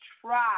try